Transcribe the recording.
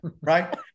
Right